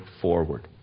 forward